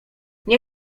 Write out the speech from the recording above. nie